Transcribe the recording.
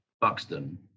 Buxton